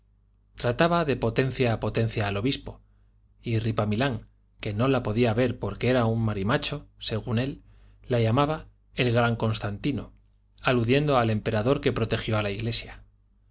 trataba de potencia a potencia al obispo y ripamilán que no la podía ver porque era un marimacho según él la llamaba el gran constantino aludiendo al emperador que protegió a la iglesia